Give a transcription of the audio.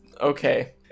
okay